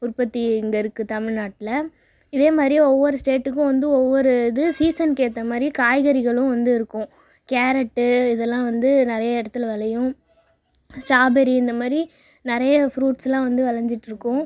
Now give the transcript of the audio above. உற்பத்தி இங்கே இருக்குது தமிழ்நாட்டில் இதே மாதிரி ஒவ்வொரு ஸ்டேட்டுக்கும் வந்து ஒவ்வொரு இது சீசன் ஏற்ற மாதிரி காய்கறிகளும் வந்து இருக்கும் கேரட் இதெல்லாம் வந்து நிறைய இடத்தில் விளையும் ஸ்ட்ராபெரி இந்த மாதிரி நிறைய ஃப்ரூட்ஸ்லாம் வந்து விளஞ்சிட்டு இருக்கும்